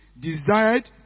desired